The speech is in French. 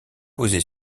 posé